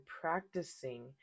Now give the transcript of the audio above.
practicing